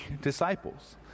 disciples